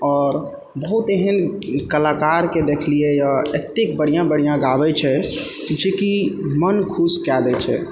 आओर बहुत एहन ई कलाकारके देखलिए अइ एतेक बढ़िआँ बढ़िआँ गाबै छै जेकि मोन खुश कऽ दै छै